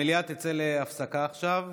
המליאה תצא להפסקה עכשיו,